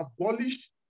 abolish